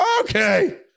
Okay